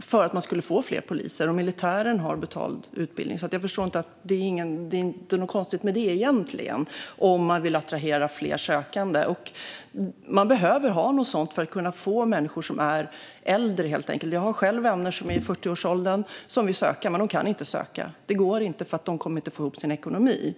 för att det skulle bli fler poliser, och militären har betald utbildning. Det är inte något konstigt med det egentligen, om man vill attrahera fler sökande. Man behöver något sådant för att få äldre människor att söka. Jag har själv vänner i 40-årsåldern som vill söka till utbildningen, men de kan inte eftersom de inte kommer att få ihop sin ekonomi.